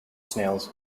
snails